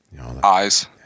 Eyes